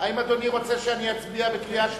האם אדוני רוצה שאני אצביע בקריאה שלישית?